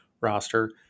roster